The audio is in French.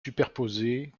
superposées